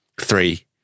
three